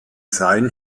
sein